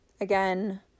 Again